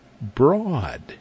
broad